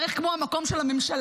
בערך כמו המקום של הממשלה.